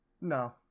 No